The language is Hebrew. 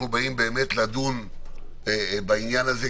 אנחנו באים באמת לדון בעניין הזה,